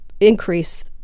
increase